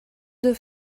deux